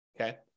okay